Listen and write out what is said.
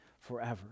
forever